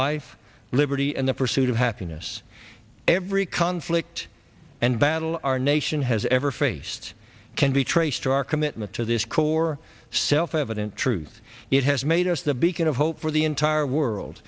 life liberty and the pursuit of happiness every conflict and battle our nation has ever faced can the trace to our commitment to this core self evident truth it has made us the beacon of hope for the entire world